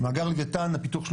הפיתוח של מאגר לוויתן התעכב,